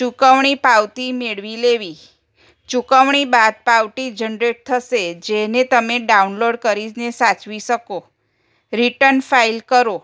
ચુકવણી પાવતી મેળવી લેવી ચુકવણી બાદ પાવતી જનરેટ થશે જેને તમે ડાઉનલોડ કરીને સાચવી શકો રિટન ફાઇલ કરો